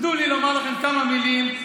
תנו לי לומר לכם כמה מילים.